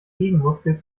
gegenmuskel